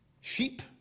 sheep